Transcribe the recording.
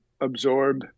absorb